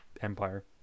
empire